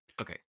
Okay